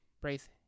brace